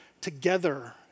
together